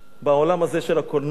בעולם הזה של הקולנוע,